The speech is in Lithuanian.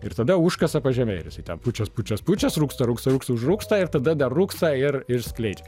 ir tada užkasa po žeme ir jisai ten pučias pučias pučias rūgsta rūgsta rūgsta užrūgsta ir tada dar rūgsta ir ir skleidžia